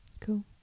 cool